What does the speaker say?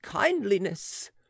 kindliness